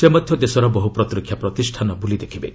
ସେ ମଧ୍ୟ ଦେଶର ବହୁ ପ୍ରତିରକ୍ଷା ପ୍ରତିଷ୍ଠାନ ବୁଲି ଦେଖିବେ